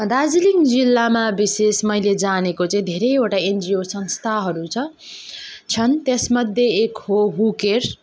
दार्जिलिङ जिल्लामा विशेष मैले जानेको चाहिँ धेरैवटा एनजिओ संस्थाहरू छ छन् त्यसमध्ये एक हो हु केयर्स